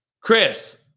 Chris